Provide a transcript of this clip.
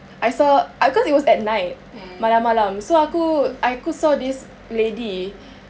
I saw uh cause it was at night malam-malam so aku saw this lady